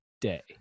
Day